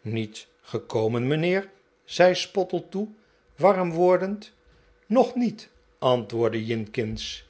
niet gekomen mijnheer zei spottletoe warm wordend nog niet antwoordde jinkins